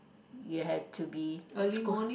you have to be